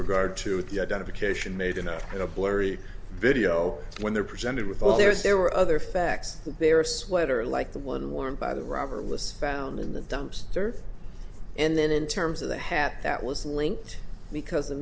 regard to the identification made enough in a blurry video when they're presented with oh there's there were other facts there sweater like the one worn by the robber was found in the dumpster and then in terms of the hat that was linked because the